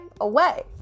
away